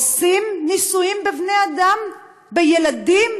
עושים ניסויים בבני-אדם, בילדים,